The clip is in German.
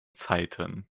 zeiten